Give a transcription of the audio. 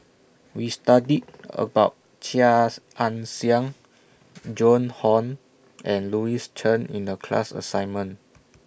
We studied about Chia Ann Siang Joan Hon and Louis Chen in The class assignment